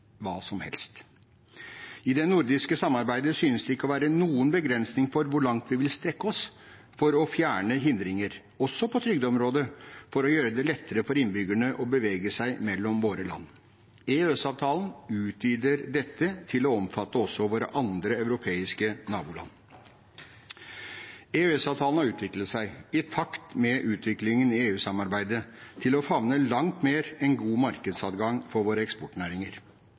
som helst? I det nordiske samarbeidet synes det ikke å være noen begrensninger på hvor langt vi vil strekke oss for å fjerne hindringer, også på trygdeområdet, for å gjøre det lettere for innbyggerne å bevege seg mellom våre land. EØS-avtalen utvider dette til også å omfatte våre andre europeiske naboland. EØS-avtalen har utviklet seg, i takt med utviklingen i EU-samarbeidet, til å favne langt mer enn god markedsadgang for våre eksportnæringer.